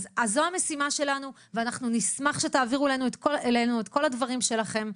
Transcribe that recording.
זו המשימה שלנו ואנחנו נשמח שתעבירו אלינו את כל הדברים שלכם,